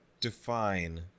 define